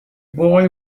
boy